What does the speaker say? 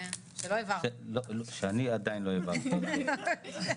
בגלל שהטענה הזו חזרה כמה פעמים לגבי אחריות המדינה,